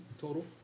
total